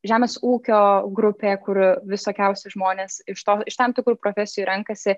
žemės ūkio grupė kur visokiausi žmonės iš to iš tam tikrų profesijų renkasi